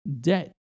debt